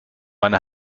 meine